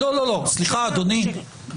אני לא עסוק במה היה.